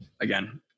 Again